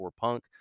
punk